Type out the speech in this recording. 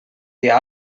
dia